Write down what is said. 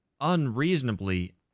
unreasonably